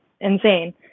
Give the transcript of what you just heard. insane